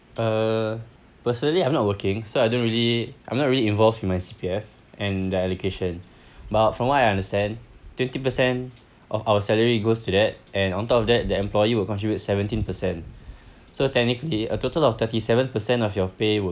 uh personally I'm not working so I don't really I'm not really involved in my C_P_F and the allocation but from what I understand twenty percent of our salary goes to that and on top of that the employer will contribute seventeen percent so technically a total of thirty seven percent of your pay will